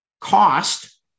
cost